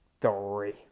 Three